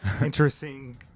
interesting